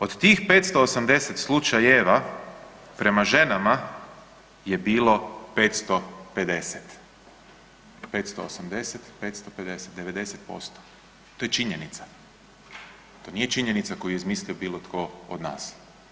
Od tih 580 slučajeva prema ženama je bilo 550. 580, 550, 90% to je činjenica, to nije činjenica koju je izmislio bilo tko od nas.